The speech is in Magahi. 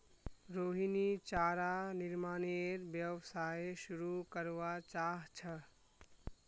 रोहिणी चारा निर्मानेर व्यवसाय शुरू करवा चाह छ